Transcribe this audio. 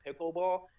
pickleball